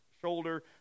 shoulder